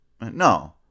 No